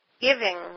giving